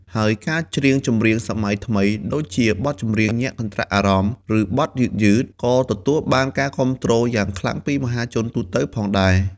ហើយការច្រៀងចម្រៀងសម័យថ្មី ដូចជាបទញាក់កន្ត្រាក់អារម្មណ៍ ឬបទយឺតៗ ក៏ទទួលបានការគាំទ្រយ៉ាងខ្លាំងពីមហាជនទូទៅផងដែរ។